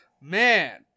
Man